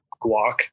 guac